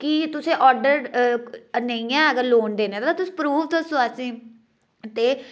की तुसें ऑर्डर निं ऐ लोन देने दा ते तुस प्रूफ दस्सो असें ई ते